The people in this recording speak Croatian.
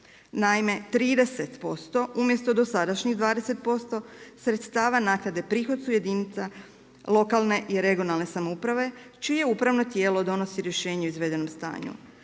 Naime, 30% umjesto dosadašnjih 20% sredstava naknade prihod su jedinica lokalne i regionalne samouprave, čije upravno tijelo donosi rješenje o izvedenom stanju.